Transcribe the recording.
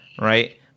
right